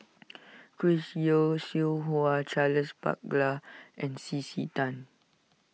Chris Yeo Siew Hua Charles Paglar and C C Tan